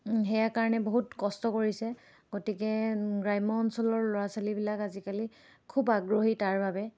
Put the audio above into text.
সেয়া কাৰণে বহুত কষ্ট কৰিছে গতিকে গ্ৰাম্য অঞ্চলৰ ল'ৰা ছোৱালীবিলাক আজিকালি খুব আগ্ৰহী তাৰ বাবে